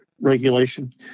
regulation